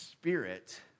Spirit